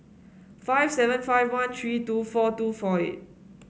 five seven five one three two four two four eight